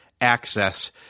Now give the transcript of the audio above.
access